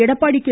Edappadi K